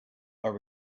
are